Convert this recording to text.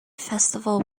festival